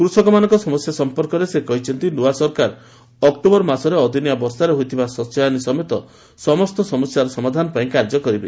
କୃଷକମାନଙ୍କ ସମସ୍ୟା ସମ୍ପର୍କରେ ସେ କହିଛନ୍ତି ନୂଆ ସରକାର ଅକ୍ଟୋବର ମାସରେ ଅଦିନିଆ ବର୍ଷାରେ ହୋଇଥିବା ଶସ୍ୟହାନୀ ସମେତ ସମସ୍ତ ସମସ୍ୟାର ସମାଧାନ ପାଇଁ କାର୍ଯ୍ୟ କରିବ